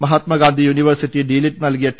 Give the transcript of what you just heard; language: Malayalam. മഹാത്മാഗാന്ധി യൂണിവേഴ്സിറ്റി ഡിലിറ്റ് നൽകിയ ടി